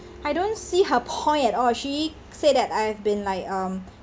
I don't see her point at all she said that I've been like um